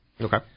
Okay